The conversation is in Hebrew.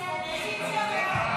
הסתייגות 37 לחלופין א לא